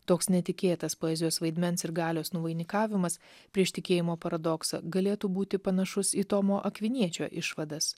toks netikėtas poezijos vaidmens ir galios nuvainikavimas prieš tikėjimo paradoksą galėtų būti panašus į tomo akviniečio išvadas